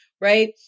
right